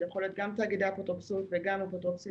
זה יכול להיות גם תאגידי אפוטרופסות וגם אפוטרופוסים